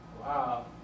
Wow